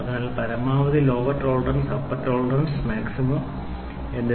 അതിനാൽ പരമാവധി lower tolerance upper lower tolerance 20 plus 20 plus 20 plus 50 ആയിരിക്കും അത് 110 ആണ്